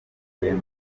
rwema